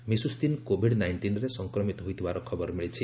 ମିଶୁ ସ୍ତିନ୍ କୋଭିଡ୍ ନାଇଷ୍ଟିନ୍ରେ ସଫକ୍ରମିତ ହୋଇଥିବାର ଖବର ମିଳିଛି